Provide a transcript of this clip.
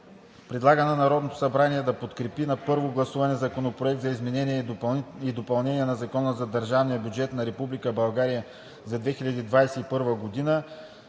Предлага на Народното събрание да подкрепи на първо гласуване Законопроект за изменение и допълнение на Закона за държавния бюджет на Република